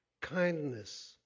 kindness